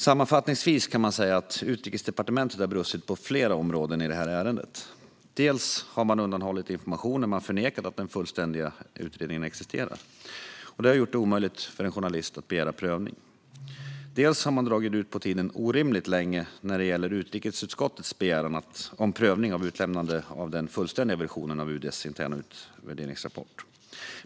Sammanfattningsvis kan man säga att Utrikesdepartementet har brustit på flera områden i det här ärendet. För det första har man undanhållit information när man har förnekat att den fullständiga utredningen existerar. Detta har gjort det omöjligt för en journalist att begära prövning. För det andra har man dragit ut på tiden orimligt länge när det gäller utrikesutskottets begäran om prövning av utlämnande av den fullständiga versionen av UD:s interna utvärderingsrapport.